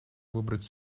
выбрать